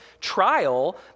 trial